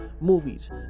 movies